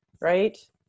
right